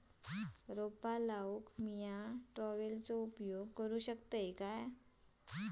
रोपा लाऊक मी ट्रावेलचो उपयोग करू शकतय काय?